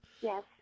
yes